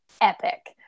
epic